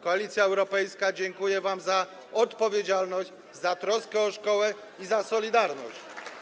Koalicja Europejska dziękuje wam za odpowiedzialność, za troskę o szkołę i za solidarność.